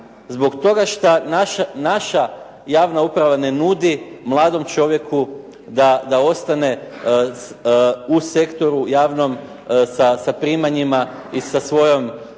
Zbog toga što naša javna uprava ne nudi mladom čovjeku da ostane u sektoru javnom sa primanjima i sa svojom,